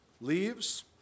leaves